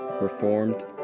Reformed